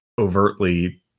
overtly